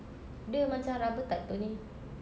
dia macam rubber tak tahu ini